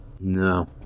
No